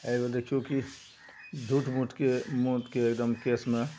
हेबे देखिऔ कि झूठ मूठके मौतके एगदम केसमे